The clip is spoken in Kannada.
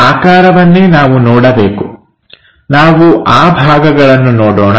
ಆ ಆಕಾರವನ್ನೇ ನಾವು ನೋಡಬೇಕು ನಾವು ಆ ಭಾಗಗಳನ್ನು ನೋಡೋಣ